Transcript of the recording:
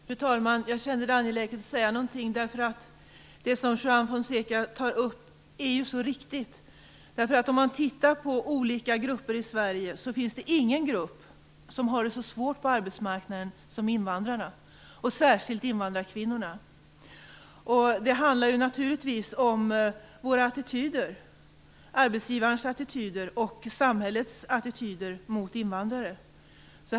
Fru talman! Jag känner det angeläget att säga någonting, för det som Juan Fonseca tar upp är ju så riktigt. Om man tittar på olika grupper i Sverige finns det ingen grupp som har det så svårt på arbetsmarknaden som invandrarna, och särskilt invandrarkvinnorna. Det handlar naturligtvis om våra attityder - arbetsgivarens attityder och samhällets attityder - mot invandrare.